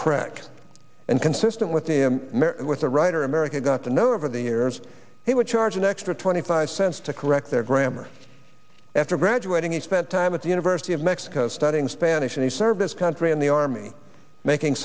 crack and consistent with the with the writer america got to know over the years he would charge an extra twenty five cents to correct their grammar after graduating he spent time at the university of mexico studying spanish and he served his country in the army making